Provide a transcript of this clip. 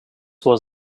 was